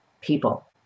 people